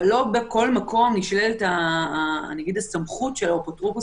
אבל לא בכל מקום נשללת הסמכות של האפוטרופוס